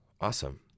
Awesome